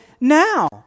now